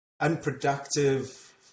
unproductive